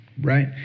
right